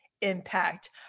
impact